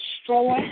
destroy